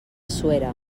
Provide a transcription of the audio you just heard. suera